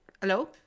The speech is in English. Hello